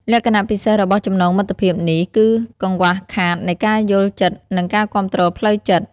លក្ខណៈពិសេសរបស់ចំណងមិត្តភាពនេះគឺកង្វះខាតនៃការយល់ចិត្តនិងការគាំទ្រផ្លូវចិត្ត។